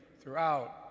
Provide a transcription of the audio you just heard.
throughout